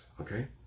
Okay